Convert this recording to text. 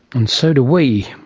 and so do we.